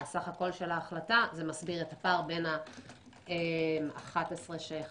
סך הכול של ההחלטה מסביר את הפער בין 11 שחסאן